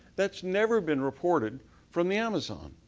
that's never been reported from the amazon.